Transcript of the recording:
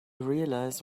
realize